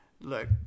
Look